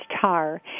tar